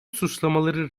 suçlamaları